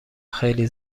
خیلی